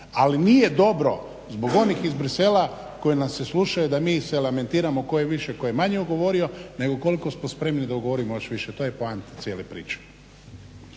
Ali nije dobro iz onih iz Bruxellesa koji nas slušaju da mi se elementiramo tko je više tko manje ugovorio nego koliko smo spremni da ugovorimo još više. To je poanta cijele priče.